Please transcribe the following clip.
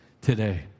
today